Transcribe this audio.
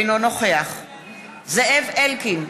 אינו נוכח זאב אלקין,